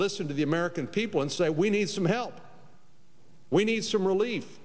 listen to the american people and say we need some help we need some relief